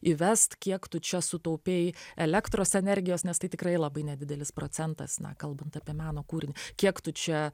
įvest kiek tu čia sutaupei elektros energijos nes tai tikrai labai nedidelis procentas na kalbant apie meno kūrinį kiek tu čia